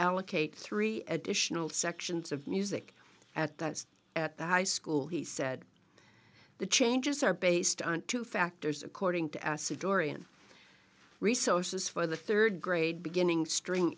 allocate three additional sections of music at that at the high school he said the changes are based on two factors according to assay dorian resources for the third grade beginning string